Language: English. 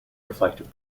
reflective